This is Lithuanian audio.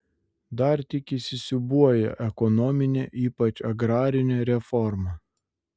dar tik įsisiūbuoja ekonominė ypač agrarinė reforma